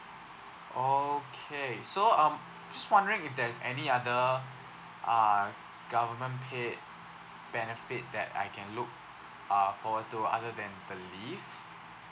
okay so um just wondering if there's any other uh government paid benefit that I can look uh for to other than the leave